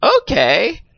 Okay